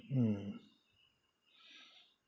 mm